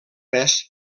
pes